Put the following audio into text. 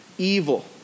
evil